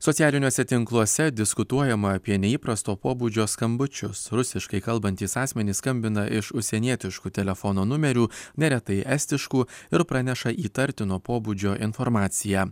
socialiniuose tinkluose diskutuojama apie neįprasto pobūdžio skambučius rusiškai kalbantys asmenys skambina iš užsienietiškų telefono numerių neretai estiškų ir praneša įtartino pobūdžio informaciją